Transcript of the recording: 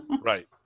Right